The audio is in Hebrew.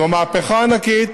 זו מהפכה ענקית,